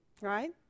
right